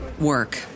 work